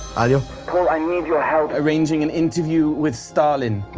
ah you know i need your help arranging an interview with stalin.